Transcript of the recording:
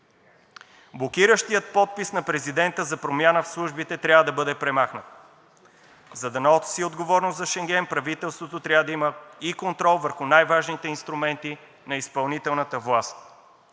Блокиращият подпис на президента за промяна в службите трябва да бъде премахнат. За да носи отговорност за Шенген, правителството трябва да има и контрол върху най-важните инструменти на изпълнителната власт.